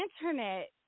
internet